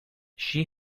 she